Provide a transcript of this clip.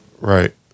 Right